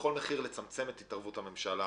בכל מחיר לצמצם את התערבות הממשלה,